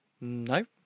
no